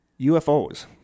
UFOs